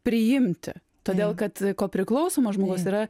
priimti todėl kad kopriklausomas žmogus yra